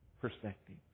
perspective